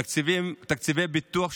תקציבי פיתוח,